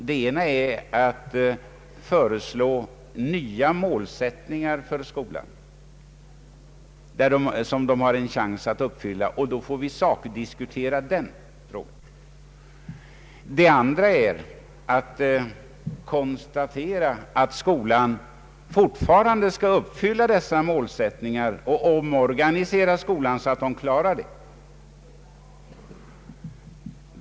Den ena är att skapa nya målsättningar för skolan som den har en chans att uppfylla och få den frågan sakdiskuterad. Den andra vägen är att konstatera att skolan fortfarande skall uppfylla de givna målsättningarna. I så fall måste skolan omorganiseras på ett sådant sätt att den klarar den uppgiften.